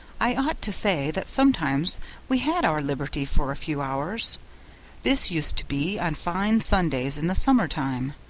i ought to say that sometimes we had our liberty for a few hours this used to be on fine sundays in the summer-time.